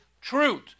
truth